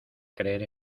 creer